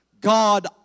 God